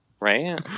right